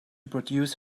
produce